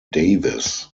davis